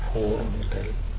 4 മുതൽ 2